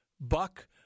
Buck